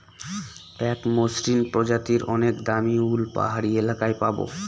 এক মসৃন প্রজাতির অনেক দামী উল পাহাড়ি এলাকায় পাবো